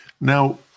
Now